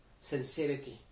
sincerity